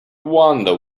wonder